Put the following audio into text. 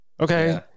Okay